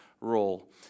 role